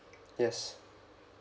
yes